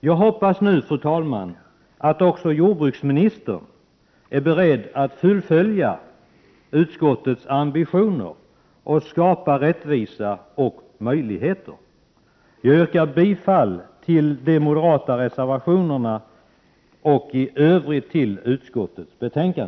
Jag hoppas nu, fru talman, att också jordbruksministern är beredd att fullfölja utskottets ambitioner att skapa rättvisa och möjligheter. Jag yrkar bifall till de moderata reservationerna och i övrigt till utskottets hemställan.